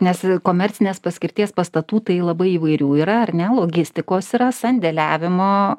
nes komercinės paskirties pastatų tai labai įvairių yra ar ne logistikos yra sandėliavimo